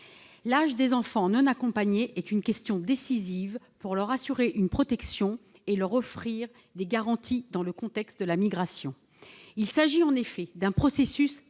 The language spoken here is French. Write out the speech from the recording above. L'âge des enfants non accompagnés est une question décisive pour leur assurer une protection et leur offrir des garanties dans le contexte de la migration. Il s'agit en effet d'un processus